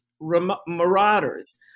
marauders